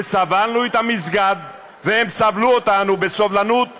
וסבלנו את המסגד והם סבלו אותנו בסובלנות אין-קץ,